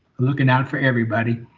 looking out for everybody.